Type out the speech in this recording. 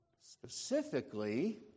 Specifically